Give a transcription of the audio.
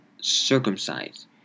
circumcised